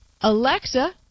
Alexa